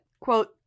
Quote